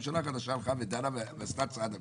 הממשלה החדשה הלכה ודנה ועשתה צעד אמיץ.